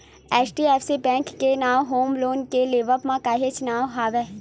HDFC bank के नांव home loan के लेवब म काहेच नांव हवय